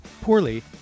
poorly